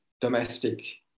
domestic